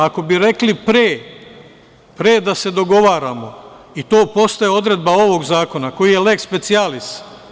Ako bi rekli pre, pre da se dogovaramo i to postaje odredba ovog zakona koji je leks specijalis.